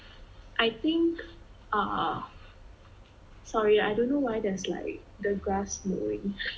I think uh sorry I don't know why there's like the grass mowing